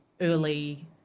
early